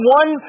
one